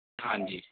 ਹਾਂਜੀ